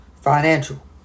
Financial